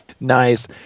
Nice